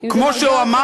כמו שהוא אמר לו,